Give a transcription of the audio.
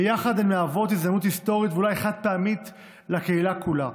ביחד הן מהוות הזדמנות היסטורית ואולי חד-פעמית לקהילה כולה.